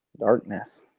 darkness.